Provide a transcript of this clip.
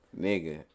Nigga